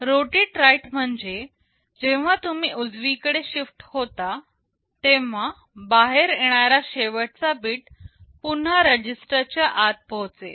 rotate right म्हणजे जेव्हा तुम्ही उजवीकडे शिफ्ट होता तेव्हा बाहेर येणारा शेवटचा बीट पुन्हा रजिस्टर च्या आत पोहोचेल